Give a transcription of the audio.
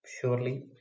Surely